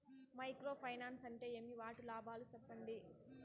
Micro finance అంటే ఏమి? వాటి లాభాలు సెప్పండి?